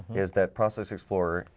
is that process explorer?